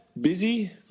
Busy